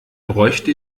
bräuchte